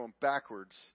backwards